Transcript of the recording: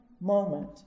moment